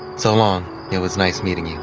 so long. it was nice meeting